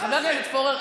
חבר הכנסת פורר,